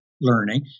learning